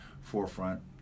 forefront